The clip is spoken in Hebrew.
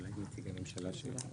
אולי ניתן לנציגי הממשלה שידברו עכשיו?